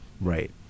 Right